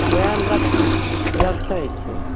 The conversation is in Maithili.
ओएह रखै रक्खै छियो